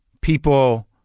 people